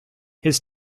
his